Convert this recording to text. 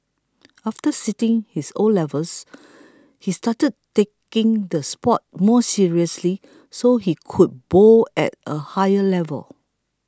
after sitting his O levels he started taking the sport more seriously so he could bowl at a higher level